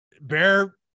bear